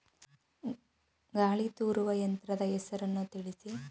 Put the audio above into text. ಗಾಳಿ ತೂರುವ ಯಂತ್ರದ ಹೆಸರನ್ನು ತಿಳಿಸಿ?